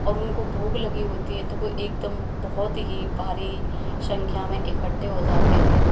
और उनको भूख लगी होती है तो वो एकदम बहुत ही भारी संख्या में इकट्ठे हो जाते हैं